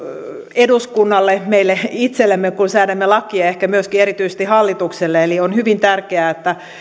eduskunnalle meille itsellemme kun säädämme lakeja ja ehkä myöskin erityisesti hallitukselle on hyvin tärkeää että